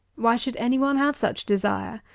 why should any one have such desire?